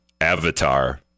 Avatar